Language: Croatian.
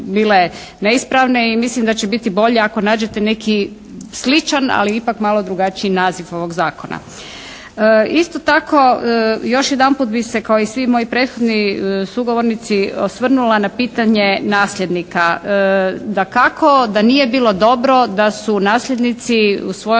i mislim da će biti bolje ako nađete neki sličan, ali ipak malo drugačiji naziv ovog Zakona. Isto tako još jedanput bih se kao i svi moji prethodni sugovornici osvrnula na pitanje nasljednika. Dakako da nije bilo dobro da su nasljednici svojom